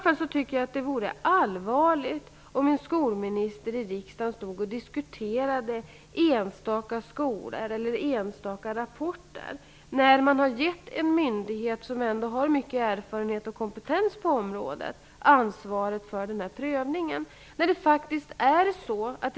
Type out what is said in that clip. Det vore allvarligt om en skolminister i riksdagen diskuterade enstaka skolor eller enstaka rapporter, när en myndighet som har mycket erfarenhet och kompetens på området har fått ansvaret för prövningen.